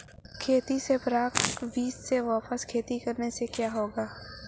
खेती से प्राप्त बीज से वापिस खेती करने से क्या होगा?